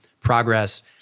progress